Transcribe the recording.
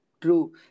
true